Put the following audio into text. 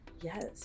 Yes